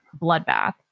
bloodbath